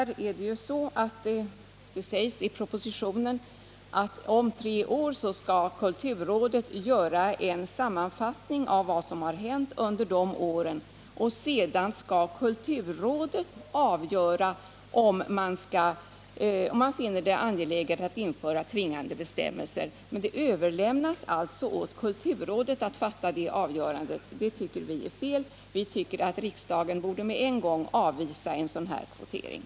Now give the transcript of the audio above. I propositionen framhålls emellertid att kulturrådet om tre år skall göra en sammanfattning om vad som har hänt under dessa år, varefter kulturrådet skall avgöra, om det är angeläget att införa tvingande bestämmelser. Det överlämnas alltså åt kulturrådet att fatta det avgörandet, vilket vi tycker är fel. Enligt vår åsikt borde riksdagen omedelbart avvisa en sådan kvotering.